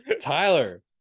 Tyler